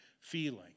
feeling